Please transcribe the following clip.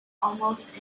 almost